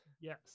Yes